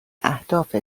اهداف